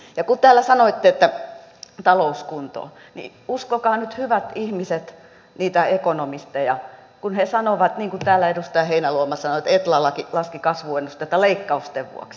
ja kun täällä sanoitte että talous kuntoon niin uskokaa nyt hyvät ihmiset niitä ekonomisteja kun he sanovat niin kuin täällä edustaja heinäluoma sanoi että etlallakin laski kasvuennuste näitten leikkausten vuoksi